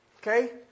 Okay